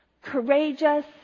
Courageous